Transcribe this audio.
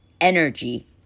energy